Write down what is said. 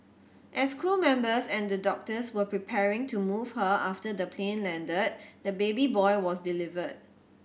as crew members and the doctors were preparing to move her after the plane landed the baby boy was delivered